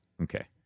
Okay